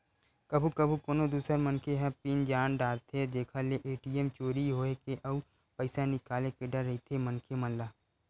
कभू कभू कोनो दूसर मनखे ह पिन जान डारथे जेखर ले ए.टी.एम चोरी होए के अउ पइसा निकाले के डर रहिथे मनखे मन ल